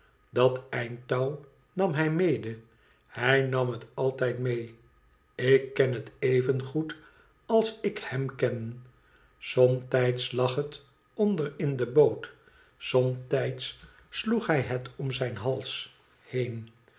dat eind touw nam hij mede hij nam het altijd mee ik ken het evengoed als ik hem ken somtijds lag het onder in de boot somtijds sloeg hij het om zijn hals heen